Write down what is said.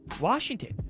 Washington